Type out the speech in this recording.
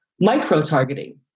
micro-targeting